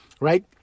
right